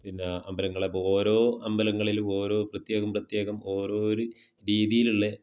പിന്നെ അമ്പലങ്ങൾ അപ്പോൾ ഓരോ അമ്പലങ്ങളിലും ഓരോ പ്രത്യേകം പ്രത്യേകം ഓരോരു രീതിയിലുള്ള